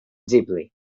deeply